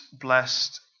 blessed